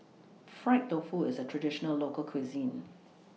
Fried Tofu IS A Traditional Local Cuisine